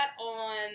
on